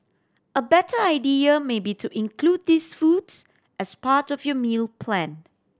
a better idea may be to include these foods as part of your meal plan